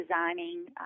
designing